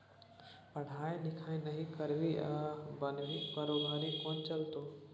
पढ़ाई लिखाई नहि करभी आ बनभी कारोबारी कोना चलतौ